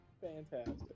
fantastic